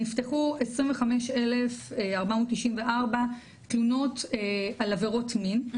נפתחו 25,494 תלונות על עבירות מין,